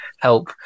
help